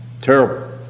Terrible